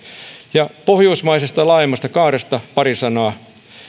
ja pohjoismaisesta laajemmasta kaaresta pari sanaa